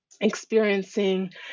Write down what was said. experiencing